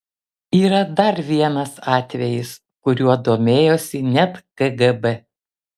yra dar vienas atvejis kuriuo domėjosi net kgb